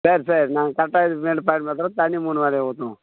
சரி சரி நாங்கள் கரெக்டா இதுக்கு மேட்டு பயன்படுத்துகிறோம் தண்ணி மூணு வேளையும் ஊற்றுறோம்